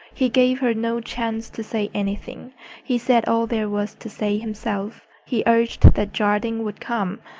he gave her no chance to say anything he said all there was to say himself he urged that jardine would come,